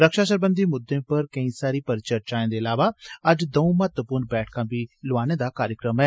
रक्षा सरबंधी मुद्दें पर केंई सारी परिचर्चाएं दे इलावा अज्ज दंऊ महत्तवपूर्ण बैठकां बी लोआने दा कार्यक्रम ऐ